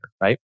right